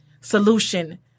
solution